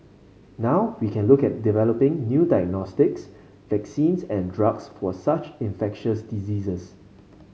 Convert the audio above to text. now we can look at developing new diagnostics vaccines and drugs for such infectious diseases